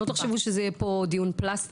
חשוב לי לומר שלא תחשבו שיהיה פה דיון פלסטר.